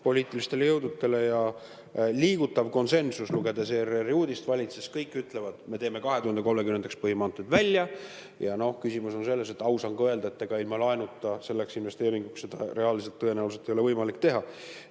poliitilistele jõududele. Liigutav konsensus, lugedes ERR‑i uudist, valitses: kõik ütlevad, me teeme 2030. aastaks põhimaanteed valmis. Noh, küsimus on selles, et aus on ka öelda, et ega ilma laenuta selleks investeeringuks seda reaalselt tõenäoliselt ei ole võimalik teha.